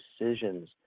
decisions